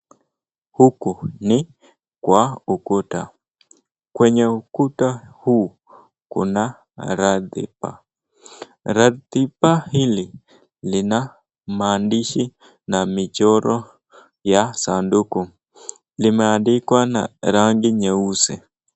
Huku ni kwa ukuta , kwenye ukuta huu kuna ratiba, ratiba hili lina maandishi na michoro ya sanduku ,limeandikwa na rangi nyeusi.